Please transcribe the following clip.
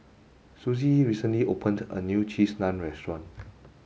Suzie recently opened a new cheese naan restaurant